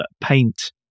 paint